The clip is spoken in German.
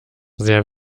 sehr